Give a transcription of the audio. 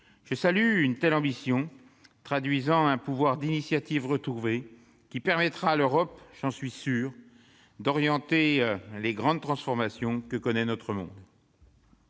Je salue une telle ambition, reflétant un pouvoir d'initiative retrouvé, qui permettra à l'Europe- j'en suis sûr -d'orienter les grandes transformations que connaît notre monde.